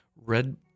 Red